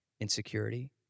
insecurity